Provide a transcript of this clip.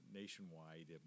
nationwide